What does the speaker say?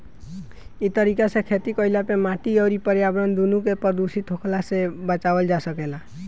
इ तरीका से खेती कईला पे माटी अउरी पर्यावरण दूनो के प्रदूषित होखला से बचावल जा सकेला